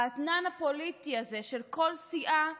האתנן הפוליטי הזה של כל סיעה,